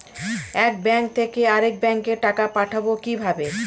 এক ব্যাংক থেকে আরেক ব্যাংকে টাকা পাঠাবো কিভাবে?